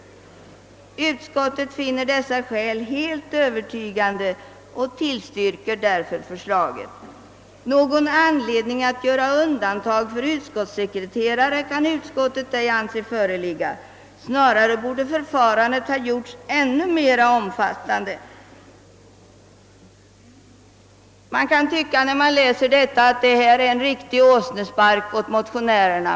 Utskottet finner dessa skäl helt övertygande och tillstyrker därför förslaget. Någon anledning att göra undantag för utskottssekreterare kan utskottet ej anse föreligga; snarare borde förfarandet ha gjorts ännu mera omfattande.» När man först läser detta kan man tycka att det är en riktig åsnespark åt motionärerna.